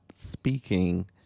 speaking